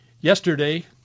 Yesterday